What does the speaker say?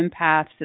empaths